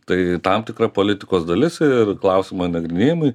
tai tam tikra politikos dalis ir klausimo nagrinėjimai